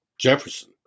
Jefferson